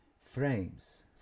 Frames